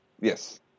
Yes